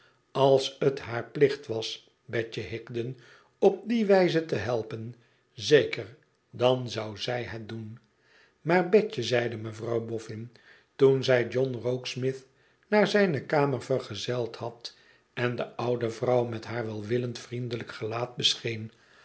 als het haar plicht was betje higden op die wijze te helpen zeker dan zou zij het doen maar betje zeide mevrouw bofïin toen zij john rokesmith naar zijne kamer vergezeld had en de oude vrouw met haar welwillend vriendelijk gelaat